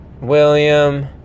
William